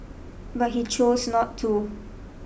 but he chose not to